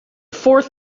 fourth